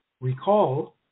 Recall